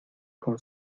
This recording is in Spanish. con